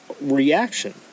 reaction